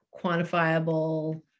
quantifiable